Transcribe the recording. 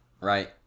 Right